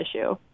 issue